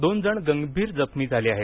दोन जण गंभीर जखमी झाले आहेत